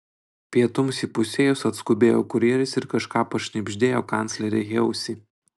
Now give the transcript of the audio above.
pietums įpusėjus atskubėjo kurjeris ir kažką pašnibždėjo kanclerei į ausį